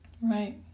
Right